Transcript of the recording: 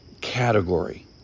category